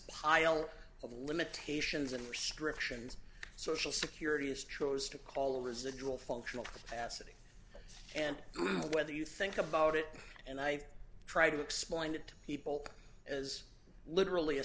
pile of limitations and restrictions social security is chose to call residual functional capacity and whether you think about it and i try to explain it to people as literally a